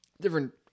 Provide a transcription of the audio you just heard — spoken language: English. different